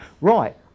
Right